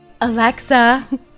Alexa